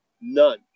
none